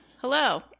Hello